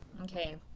Okay